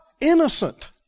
innocent